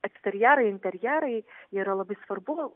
eksterjerai interjerai yra labai svarbu